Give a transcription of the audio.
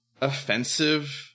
offensive